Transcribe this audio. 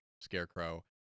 Scarecrow